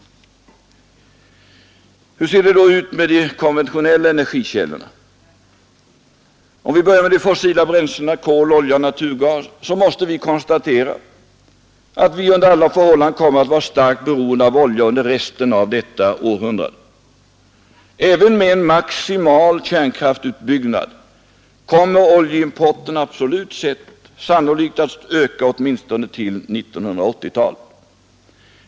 Hur ser det då ut när det gäller de konventionella energikällorna? Om vi börjar med de fossila bränslena — kol, olja och naturgas — så måste vi konstatera att vi under alla förhållanden kommer att vara starkt beroende av olja under resten av detta århundrade. Även med en maximal kärnkraftsutbyggnad kommer oljeimporten absolut sett sannolikt att öka åtminstone till 1980-talet.